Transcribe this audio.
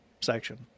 section